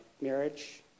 marriage